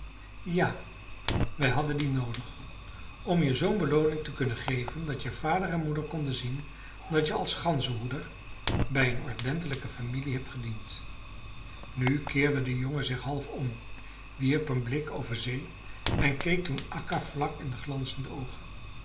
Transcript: ja wij hadden dien noodig om je zoo'n belooning te kunnen geven dat je vader en moeder konden zien dat je als ganzenhoeder bij een ordentelijke familie hebt gediend nu keerde de jongen zich half om wierp een blik over zee en keek toen akka vlak in de glanzende oogen